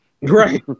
Right